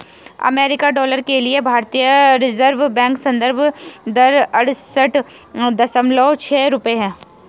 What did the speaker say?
अमेरिकी डॉलर के लिए भारतीय रिज़र्व बैंक संदर्भ दर अड़सठ दशमलव छह रुपये है